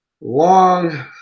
long